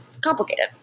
complicated